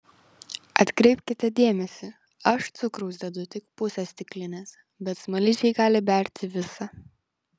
atkreipkite dėmesį aš cukraus dedu tik pusę stiklinės bet smaližiai gali berti visą